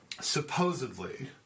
supposedly